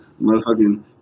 motherfucking